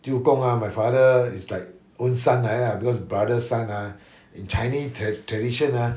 舅公 ah my father is like own son like that lah because brother son ah in chinese tradition ah